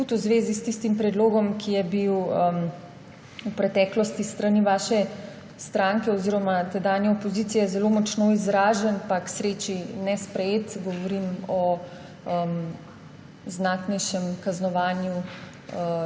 tudi v zvezi s tistim predlogom, ki je bil v preteklosti s strani vaše stranke oziroma tedanje opozicije zelo močno izražen, pa k sreči ne sprejet, govorim o znatnejšem kaznovanju